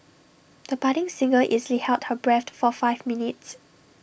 the budding singer easily held her breath for five minutes